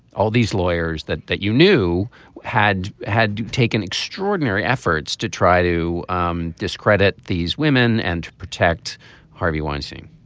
all these lawyers that that you knew had had taken extraordinary efforts to try to um discredit these women and protect harvey weinstein